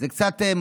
זה קצת תמוה,